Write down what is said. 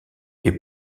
est